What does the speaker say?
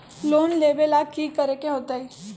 Loan लेवेला की करेके होतई?